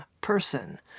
person